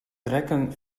rekken